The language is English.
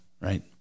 right